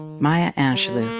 maya angelou